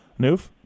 Noof